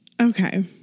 Okay